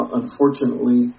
unfortunately